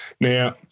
Now